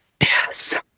Yes